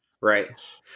right